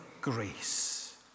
grace